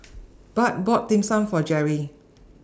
Bart bought Dim Sum For Geri